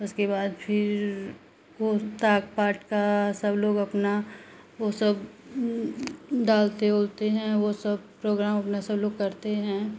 उसके बाद फिर वो ताक पाट का सब लोग अपना वो सब डालते ओलते हैं वो सब प्रोग्राम अपना सब लोग करते हैं